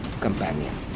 companion